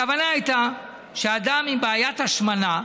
הכוונה הייתה שאדם עם בעיית השמנה,